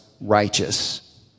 righteous